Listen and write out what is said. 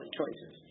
choices